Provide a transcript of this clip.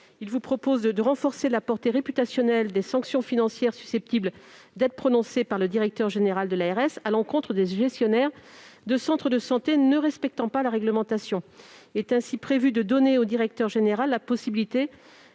amendement tend à renforcer la portée réputationnelle des sanctions financières susceptibles d'être prononcées par le directeur général de l'ARS à l'encontre des gestionnaires de centres de santé ne respectant pas la réglementation. Il est ainsi prévu de donner au directeur général la possibilité